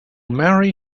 marry